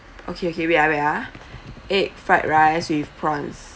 okay okay wait ah wait ah egg fried rice with prawns